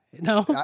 No